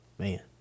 Man